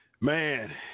Man